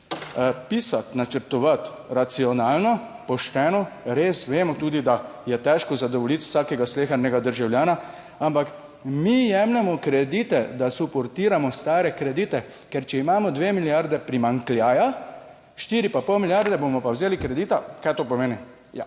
pisati, načrtovati racionalno, pošteno, res vemo tudi, da je težko zadovoljiti vsakega slehernega državljana, ampak mi jemljemo kredite, da suportiramo stare kredite. Ker če imamo dve milijarde primanjkljaja, štiri pa pol milijarde bomo pa vzeli kredita. Kaj to pomeni?